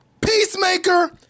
Peacemaker